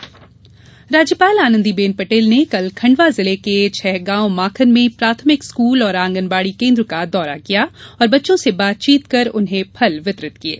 राज्यपाल राज्यपाल आनंदी बेन पटेल ने कल खंडवा जिले के छहगॉव माखन में प्राथमिक स्कूल और आंगनबाड़ी केन्द्र का दौरा किया और बच्चों से बातचीत कर उन्हें फल वितरित किये